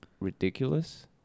ridiculous